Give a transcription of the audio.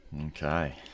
Okay